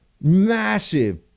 massive